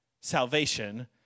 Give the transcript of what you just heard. salvation